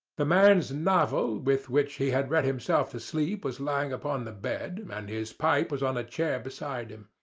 the man's novel, with which he had read himself to sleep was lying upon the bed, and his pipe was on a chair beside him.